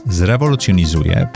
zrewolucjonizuje